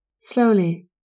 Slowly